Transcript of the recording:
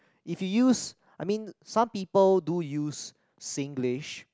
if you use I mean some people do use Singlish